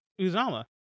Uzama